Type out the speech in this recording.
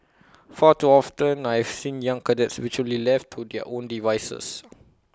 far too often I have seen young cadets virtually left to their own devices